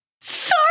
Sorry